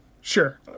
Sure